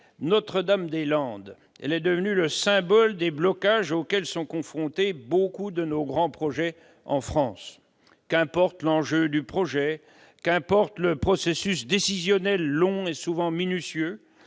Notre-Dame-des-Landes est devenu le symbole des blocages auxquels sont confrontés beaucoup de nos grands projets. Qu'importe l'enjeu du projet ; qu'importe le processus décisionnel long et souvent minutieux